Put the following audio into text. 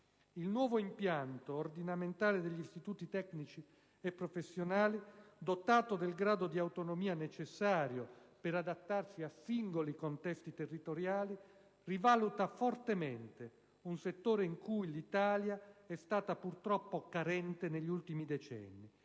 Il nuovo impianto ordinamentale degli istituti tecnici e professionali, dotato del grado di autonomia necessario per adattarsi a singoli contesti territoriali, rivaluta fortemente un settore in cui l'Italia è stata purtroppo carente negli ultimi decenni,